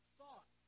thought